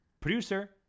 Producer